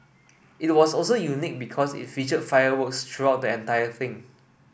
it was also unique because it featured fireworks throughout the entire thing